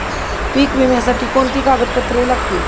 पीक विम्यासाठी कोणती कागदपत्रे लागतील?